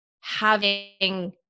having-